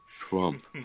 Trump